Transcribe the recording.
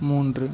மூன்று